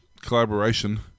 collaboration